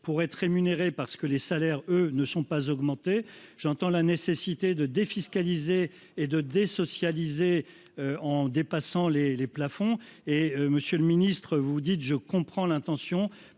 pour être rémunéré parce que les salaires, eux, n'augmentent pas. J'entends la nécessité de défiscaliser et de désocialiser en relevant les plafonds. Monsieur le ministre, vous dites comprendre l'intention.